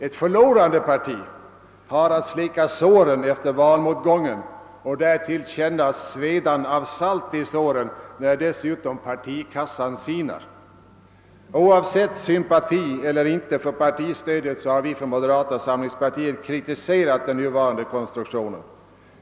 Ett förlorande parti har att slicka såren efter valmotgången och får känna svedan av salt i såren när dessutom partikassan sinar. Oavsett om vi känner sympati eller ej för partistödet har vi från moderata samlingspartiet kritiserat dess nuvarande konstruktion.